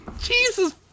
jesus